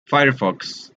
firefox